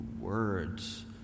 words